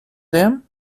them